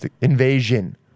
invasion